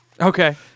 Okay